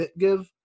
BitGive